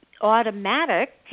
automatic